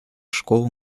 школу